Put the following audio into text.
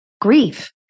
grief